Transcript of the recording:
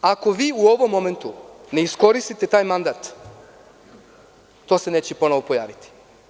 Ako vi u ovom momentu ne iskoristite mandat, to se neće ponovo pojaviti.